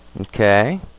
Okay